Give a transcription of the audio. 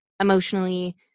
emotionally